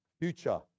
future